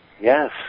Yes